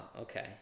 okay